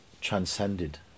transcended